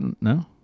No